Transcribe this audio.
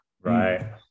right